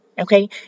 Okay